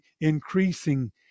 increasing